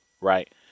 Right